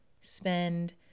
Spend